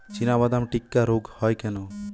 চিনাবাদাম টিক্কা রোগ হয় কেন?